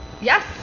Yes